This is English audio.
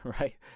right